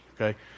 Okay